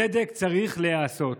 צדק צריך להיעשות.